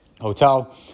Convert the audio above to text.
hotel